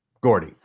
Gordy